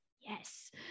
yes